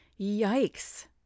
Yikes